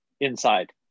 inside